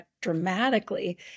dramatically